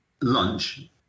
lunch